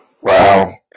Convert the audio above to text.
Wow